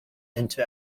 into